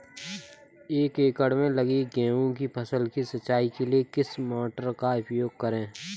एक एकड़ में लगी गेहूँ की फसल की सिंचाई के लिए किस मोटर का उपयोग करें?